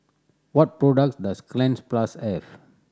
what products does Cleanz Plus have